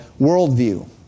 worldview